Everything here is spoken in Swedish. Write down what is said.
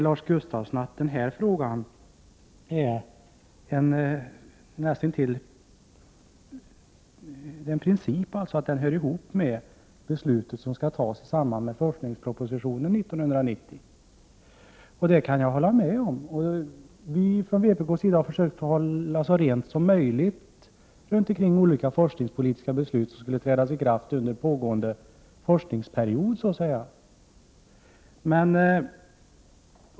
Lars Gustafsson säger att det näst intill är en princip att denna fråga hör ihop med det beslut som skall fattas i samband med forskningspropositionen 1990. Det kan jag hålla med om. Vpk har försökt hålla så rent som möjligt runt olika forskningspolitiska beslut, som skulle träda i kraft under pågående forskningsperiod.